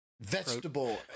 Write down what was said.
vegetable